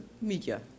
media